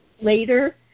later